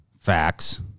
Facts